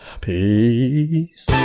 Peace